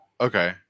Okay